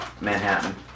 Manhattan